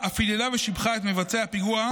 והיא אף היללה ושיבחה את מבצעי הפיגוע